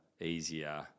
easier